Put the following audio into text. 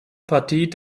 partie